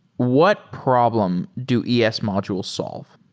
what problem do es modules solve?